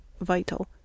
Vital